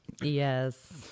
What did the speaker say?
yes